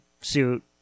suit